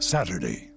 Saturday